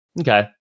Okay